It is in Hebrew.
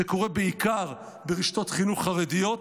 זה קורה בעיקר ברשתות חינוך חרדיות,